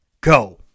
Go